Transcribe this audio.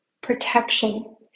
protection